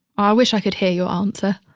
i wish i could hear your answer,